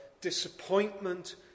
disappointment